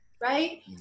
right